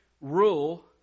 rule